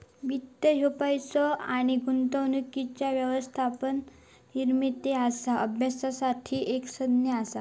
वित्त ह्या पैसो आणि गुंतवणुकीच्या व्यवस्थापन, निर्मिती आणि अभ्यासासाठी एक संज्ञा असा